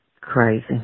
Crazy